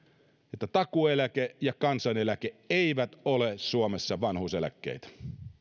että takuueläke ja kansaneläke eivät ole suomessa vanhuuseläkkeitä